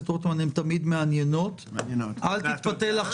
מסוכנים מעביר את כל הקנסות לקרן,